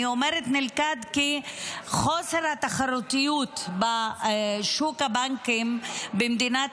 אני אומרת "נלכד" כי חוסר התחרותיות בשוק הבנקים במדינת